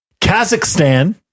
Kazakhstan